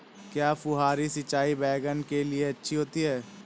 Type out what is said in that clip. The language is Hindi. क्या फुहारी सिंचाई बैगन के लिए अच्छी होती है?